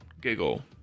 giggle